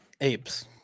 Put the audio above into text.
Apes